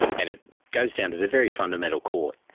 and it goes down to the very fundamental core.